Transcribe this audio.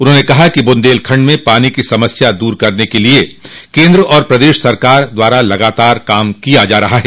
उन्होंने कहा कि बुन्देलखंड में पानी की समस्या को दूर करने के लिये केन्द्र और प्रदेश सरकार द्वारा लगातार काम किया जा रहा है